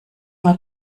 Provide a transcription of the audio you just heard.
mal